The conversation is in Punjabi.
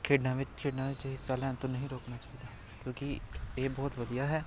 ਖੇਡਾਂ ਵਿੱਚ ਖੇਡਾਂ ਵਿੱਚ ਹਿੱਸਾ ਲੈਣ ਤੋਂ ਨਹੀਂ ਰੋਕਣਾ ਚਾਹੀਦਾ ਕਿਉਂਕਿ ਇਹ ਬਹੁਤ ਵਧੀਆ ਹੈ